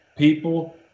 people